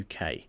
uk